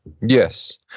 Yes